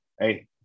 hey